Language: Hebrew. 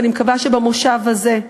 ואני מקווה שבמושב הזה,